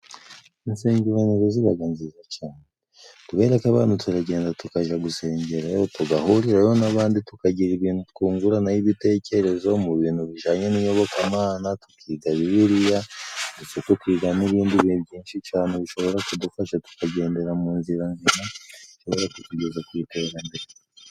Insengero nazo zibaga nziza cyane kubereko abantu natwe turagenda tukajya gusengeramo ,tugahuriraho n'abandi tukagira ibintu twunguranaho ibitekerezo mu bintu bijyanye n'iyobokamana .Tukiga bibiliya dufite kwiga n'ibindi bihe byinshi cyane bishobora kudufasha tukagendera mu nzira nziza z'ishobora kutugeza ku iterambere.